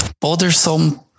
bothersome